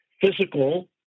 physical